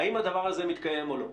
האם הדבר הזה מתקיים או לא?